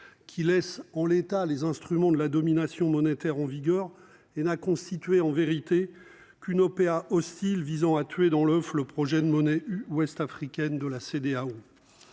qui laisse en l'état les instruments de la domination monétaire en vigueur et n'a constitué en vérité qu'une OPA hostile visant à tuer dans l'oeuf le projet de monnaie. Ouest-africaine de la CEDEAO.